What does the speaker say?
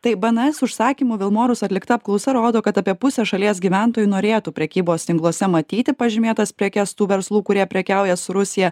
taip bns užsakymu vilmorus atlikta apklausa rodo kad apie pusę šalies gyventojų norėtų prekybos tinkluose matyti pažymėtas prekes tų verslų kurie prekiauja su rusija